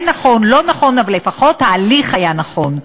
כן נכון, לא נכון, אבל לפחות ההליך היה נכון.